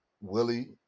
Willie